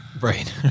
right